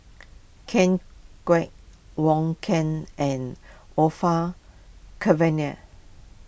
Ken Kwek Wong Keen and Orfeur Cavenagh